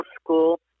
school